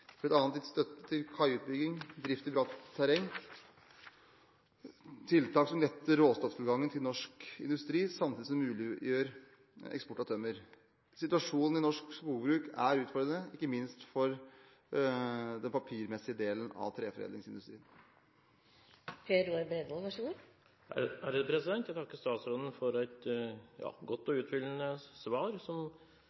gitt støtte til kaiutbygging og drift i bratt terreng. Dette er tiltak som letter råstofftilgangen til norsk industri, samtidig som det muliggjør eksport av tømmer. Situasjonen i norsk skogbruk er utfordrende, ikke minst for